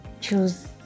choose